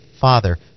Father